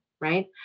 right